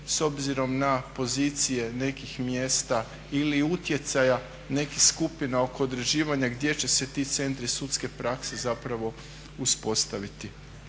s obzirom na pozicije nekih mjesta ili utjecaja nekih skupina oko određivanja gdje će se ti centri sudske prakse zapravo uspostaviti.